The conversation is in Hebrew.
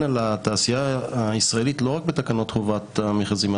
על התעשייה הישראלית לא רק בתקנות חובת המכרזים,